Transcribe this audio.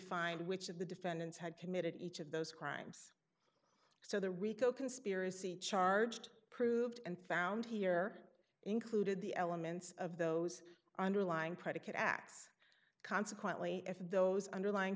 find which of the defendants had committed each of those crimes so the rico conspiracy charged proved and found here included the elements of those underlying predicate acts consequently if those underlying